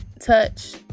touch